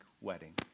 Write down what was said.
Wedding